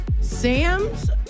Sam's